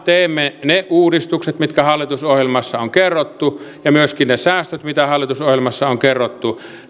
teemme ne uudistukset mitkä hallitusohjelmassa on kerrottu ja myöskin ne säästöt mitä hallitusohjelmassa on kerrottu